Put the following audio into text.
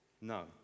No